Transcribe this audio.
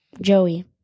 Joey